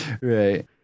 right